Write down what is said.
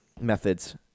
methods